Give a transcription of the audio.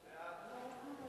סעיפים 1